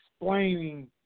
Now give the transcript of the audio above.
explaining